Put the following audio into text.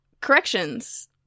corrections